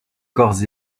corps